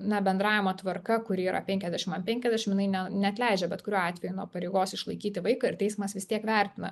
ne bendravimo tvarka kuri yra penkiasdešim ant penkiasdešim jinai ne neatleidžia bet kuriuo atveju nuo pareigos išlaikyti vaiką ir teismas vis tiek vertina